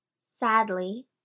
Sadly